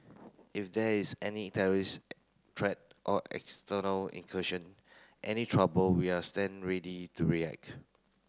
if there is any terrorist threat or external incursion any trouble we are stand ready to react